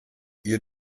ihr